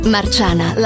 Marciana